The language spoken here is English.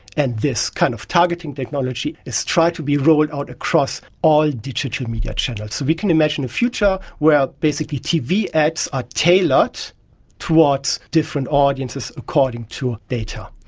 and this kind of targeting technology is trying to be rolled out across all digital media channels. so we can imagine a future where basically tv ads are tailored towards different audiences according to data.